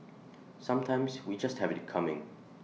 sometimes we just have IT coming